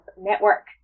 Network